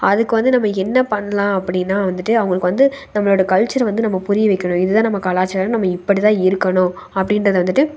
அதுக்கு வந்து நம்ம என்ன பண்ணலாம் அப்படின்னா வந்துவிட்டு அவங்களுக்கு வந்து நம்மளோட கல்ச்சரை வந்து நம்ம புரிய வைக்கணும் இது தான் நம்ம கலாச்சாரம் நம்ம இப்படி தான் இருக்கணும் அப்படின்றத வந்துவிட்டு